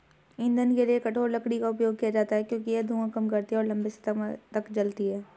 ईंधन के लिए कठोर लकड़ी का उपयोग किया जाता है क्योंकि यह धुआं कम करती है और लंबे समय तक जलती है